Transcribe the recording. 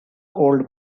old